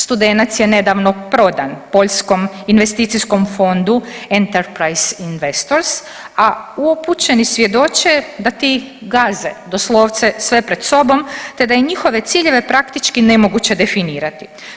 Studenac je nedavno prodan poljskom investicijskom fondu Enterprise Investors, a upućeni svjedoče da ti gaze doslovce sve pred sobom te da je njihove ciljeve praktički nemoguće definirati.